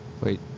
Wait